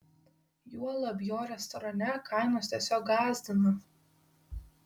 juolab jo restorane kainos tiesiog gąsdina